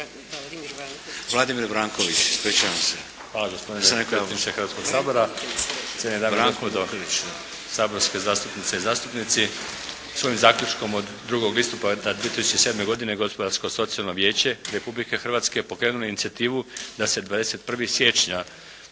se. **Vranković, Vladimir (HDZ)** Hvala. Gospodine predsjedniče Hrvatskog sabora, cijenjene dame i gospodo saborske zastupnice i zastupnici. S ovim zaključkom od 2. listopada 2007. godine Gospodarsko-socijalno vijeće Republike Hrvatske pokrenulo je inicijativu da se 21. siječnja